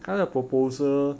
他的 proposal